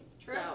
True